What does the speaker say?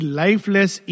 lifeless